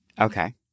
Okay